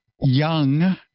young